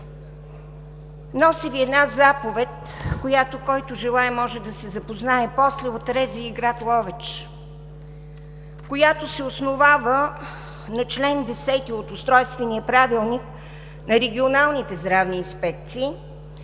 Нося Ви една заповед, с която който желае може да се запознае после – от РЗИ, град Ловеч, която се основава на чл. 10 от Устройствения правилник на регионалните здравни инспекции,